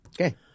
Okay